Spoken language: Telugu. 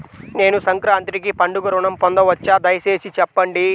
నేను సంక్రాంతికి పండుగ ఋణం పొందవచ్చా? దయచేసి చెప్పండి?